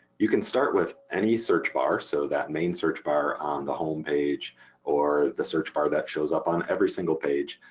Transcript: you can start with any search bar, so that main search bar on the homepage, or the search bar that shows up on every single page.